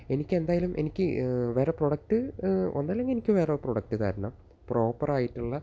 എനിക്ക് എന്തായാലും എനിക്ക് വേറെ പ്രോഡക്റ്റ് ഒന്നല്ലെങ്കിൽ എനിക്ക് വേറെ പ്രോഡക്റ്റ് തരണം പ്രോപ്പർ ആയിട്ടുള്ള